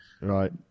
Right